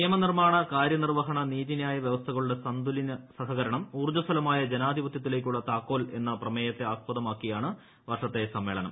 നിയമനിർമ്മാണ കാര്യനിർവ്വഹണ നീതിന്യായ വ്യവസ്ഥകളുടെ സന്തുലിത സഹകരണം ഊർജ്ജസ്വലമായ ജനാധിപത്യത്തിലേക്കുള്ള താക്കോൽ എന്ന പ്രമേയത്തെ ആസ്പദമാക്കിയാണ് വർഷത്തെ സമ്മേളനം